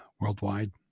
worldwide